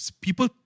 People